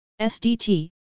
SDT